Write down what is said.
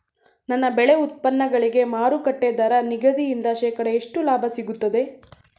ನನ್ನ ಬೆಳೆ ಉತ್ಪನ್ನಗಳಿಗೆ ಮಾರುಕಟ್ಟೆ ದರ ನಿಗದಿಯಿಂದ ಶೇಕಡಾ ಎಷ್ಟು ಲಾಭ ಸಿಗುತ್ತದೆ?